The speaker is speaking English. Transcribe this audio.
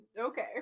Okay